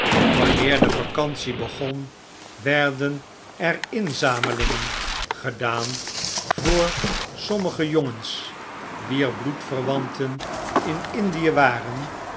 wanneer de vacantie begon werden er inzamelingen gedaan voor sommige jongens wier bloedverwanten in indie waren